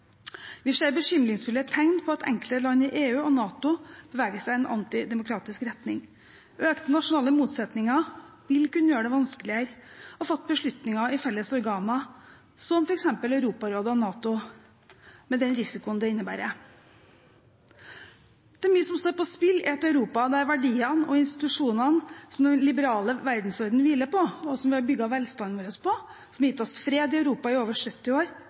Vi ser bekymringsfulle tegn på at enkelte land i EU og NATO beveger seg i en antidemokratisk retning. Økte nasjonale motsetninger vil kunne gjøre det vanskeligere å fatte beslutninger i felles organer som f.eks. Europarådet og NATO, med den risikoen det innebærer. Det er mye som står på spill i et Europa der verdiene og institusjonene som den liberale verdensordenen hviler på, som vi har bygd vår velstand på, og som har gitt oss fred i Europa i over 70 år,